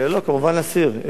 לא, כמובן להסיר.